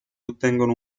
ottengono